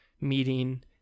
meeting